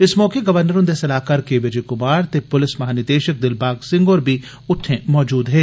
इस मौके गवर्नर हुन्दे सलाहकार के विजय कुमार ते पुलिस महानिदेषक दिलबाग सिंह होर बी उत्थे मौजूद हे